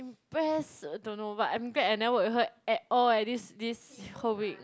press don't know but I'm glad I never work with her at all eh this this whole week